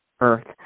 earth